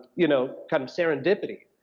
you know, kind of serendipity.